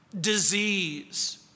disease